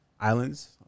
Islands